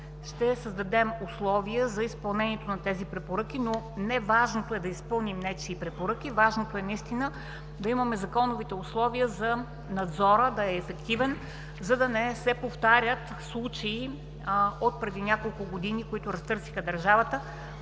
ще създадем условия за изпълнението на тези препоръки, но важното е не да изпълним нечии препоръки, важното е наистина да имаме законовите условия надзорът да е ефективен, за да не се повтарят случаи отпреди няколко години, които разтърсиха държавата,